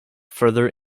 further